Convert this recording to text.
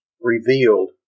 revealed